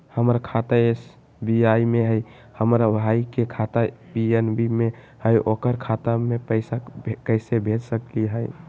हमर खाता एस.बी.आई में हई, हमर भाई के खाता पी.एन.बी में हई, ओकर खाता में पैसा कैसे भेज सकली हई?